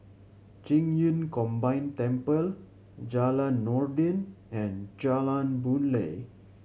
Qing Yun Combine Temple Jalan Noordin and Jalan Boon Lay